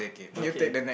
okay